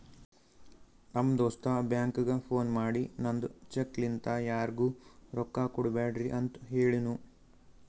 ನಮ್ ದೋಸ್ತ ಬ್ಯಾಂಕ್ಗ ಫೋನ್ ಮಾಡಿ ನಂದ್ ಚೆಕ್ ಲಿಂತಾ ಯಾರಿಗೂ ರೊಕ್ಕಾ ಕೊಡ್ಬ್ಯಾಡ್ರಿ ಅಂತ್ ಹೆಳುನೂ